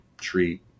treat